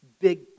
Big